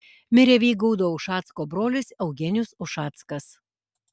mirė vygaudo ušacko brolis eugenijus ušackas